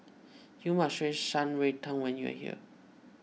you must Shan Rui Tang when you are here